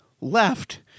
left